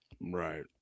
Right